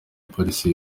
polisi